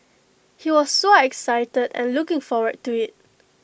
he was so excited and looking forward to IT